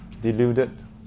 deluded